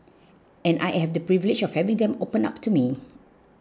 and I have the privilege of having them open up to me